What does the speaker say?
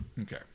Okay